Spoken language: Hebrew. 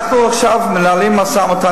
אנחנו עכשיו מנהלים משא-ומתן,